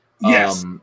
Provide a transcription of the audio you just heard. Yes